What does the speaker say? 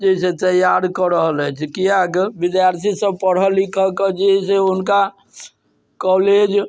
जे छै तैयार कऽ रहल अछि किएक विद्यार्थी सब पढए लिखए कऽ जे अछि से हुनका कॉलेज